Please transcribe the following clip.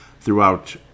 throughout